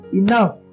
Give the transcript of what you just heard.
enough